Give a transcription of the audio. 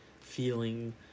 feeling